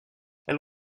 elle